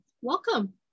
Welcome